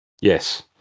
yes